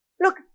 look